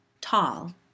tall